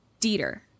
Dieter